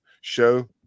show